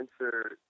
answer